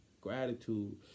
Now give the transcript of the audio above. gratitude